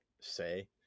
say